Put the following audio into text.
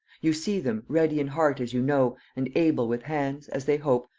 you see them, ready in heart as you know, and able with hands, as they hope,